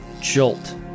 jolt